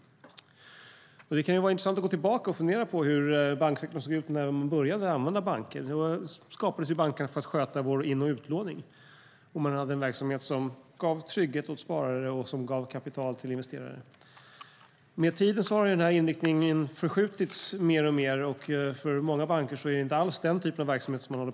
Det kan vara intressant att gå tillbaka och fundera på hur banksektorn såg ut när man började använda banker. Bankerna skapades för att sköta vår in och utlåning, och man hade en verksamhet som gav trygghet åt sparare och som gav kapital till investerare. Med tiden har den här inriktningen förskjutits mer och mer. Många banker håller inte alls på med den typen av verksamhet.